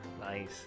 Nice